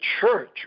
church